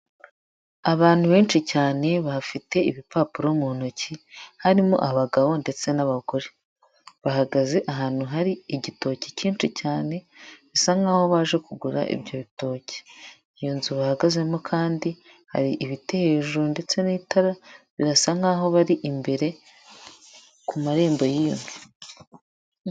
Abantu benshi cyane bafite ibipapuro mu ntoki, harimo abagabo ndetse n'abagore, bahagaze ahantu hari igitoki cyinshi cyane, bisa nkaho baje kugura ibyo bitoki, iyo nzu bahagazemo kandi hari ibiti hejuru ndetse n'itara birasa nkaho bari imbere ku marembo y'iyo nzu.